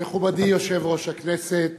מכובדי יושב-ראש הכנסת,